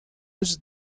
eus